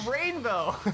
rainbow